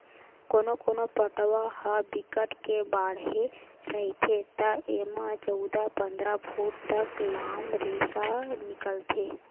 कोनो कोनो पटवा ह बिकट के बाड़हे रहिथे त एमा चउदा, पंदरा फूट तक लाम रेसा निकलथे